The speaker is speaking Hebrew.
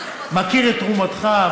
אני מכיר את תרומתך,